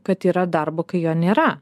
kad yra darbo kai jo nėra